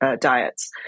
diets